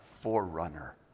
forerunner